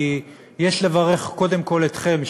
יש לברך קודם כול אתכם,